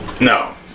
No